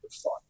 thought